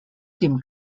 dem